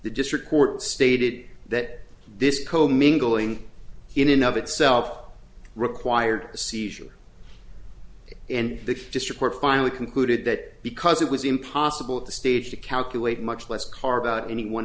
the district court stated that this co mingling in and of itself required a seizure and that just report finally concluded that because it was impossible at the stage to calculate much less carve out any one